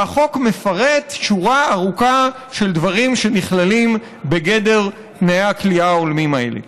והחוק מפרט שורה ארוכה של דברים שנכללים בגדר תנאי הכליאה ההולמים האלה.